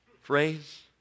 phrase